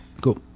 Cool